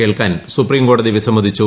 കേൾക്കാൻ സുപ്രിംകോടതി വിസമ്മതിച്ചു